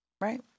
Right